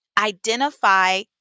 identify